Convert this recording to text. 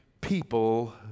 people